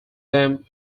them